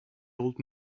old